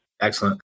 Excellent